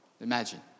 Imagine